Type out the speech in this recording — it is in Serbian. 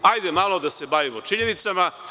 Hajde, malo da se bavimo činjenicama.